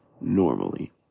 normally